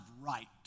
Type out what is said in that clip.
right